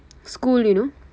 school you know